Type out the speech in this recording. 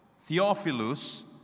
Theophilus